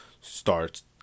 starts